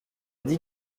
dit